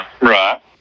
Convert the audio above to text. Right